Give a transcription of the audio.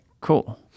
Cool